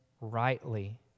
rightly